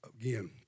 again